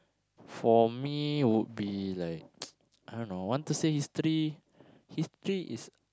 for me would be like I don't know want to say history history is